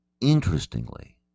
interestingly